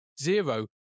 zero